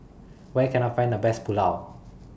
Where Can I Find The Best Pulao